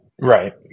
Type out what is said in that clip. Right